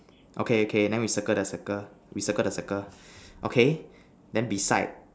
okay okay then we circle the circle we circle the circle okay then beside